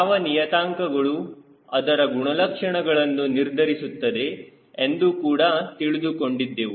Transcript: ಯಾವ ನಿಯತಾಂಕಗಳು ಅದರ ಗುಣಲಕ್ಷಣಗಳನ್ನು ನಿರ್ಧರಿಸುತ್ತದೆ ಎಂದು ಕೂಡ ತಿಳಿದುಕೊಂಡಿದ್ದೆವು